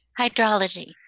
Hydrology